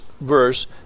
verse